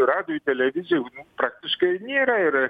radijuj televizijoj praktiškai nėra ir